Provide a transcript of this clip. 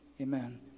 Amen